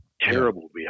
terrible